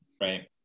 right